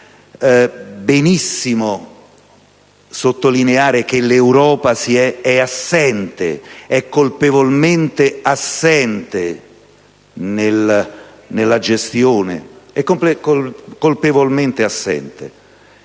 Benissimo sottolineare che l'Europa è colpevolmente assente nella gestione